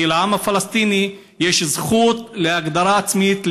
כי לעם הפלסטיני יש זכות להגדרה עצמית,